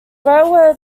railroad